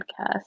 podcast